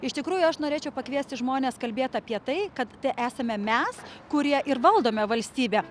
iš tikrųjų aš norėčiau pakviesti žmones kalbėt apie tai kad tai esame mes kurie ir valdome valstybę